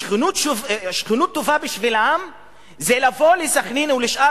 שכנות טובה בשבילם זה לבוא לסח'נין ולשאר